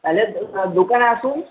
তাহলে দোকানে আসুন